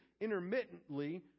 intermittently